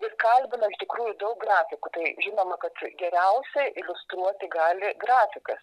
vis kalbinam iš tikrųjų daug grafikų tai žinoma kad geriausiai iliustruoti gali grafikas